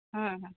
ᱦᱮᱸ ᱦᱮᱸ